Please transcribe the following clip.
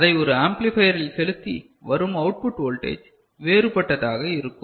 அதை ஒரு ஆம்ப்ளிபையரில் செலுத்தி வரும் அவுட்புட் வோல்டேஜ் வேறுபட்டதாக இருக்கும்